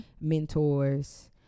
Mentors